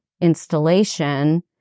installation